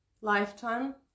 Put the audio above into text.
lifetime